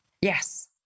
Yes